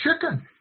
chicken